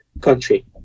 country